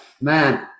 man